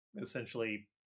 essentially